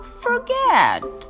forget